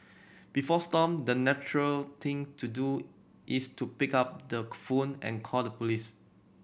before Stomp the natural thing to do is to pick up the phone and call the police